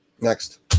Next